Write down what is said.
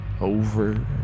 Over